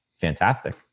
fantastic